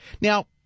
Now